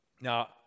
Now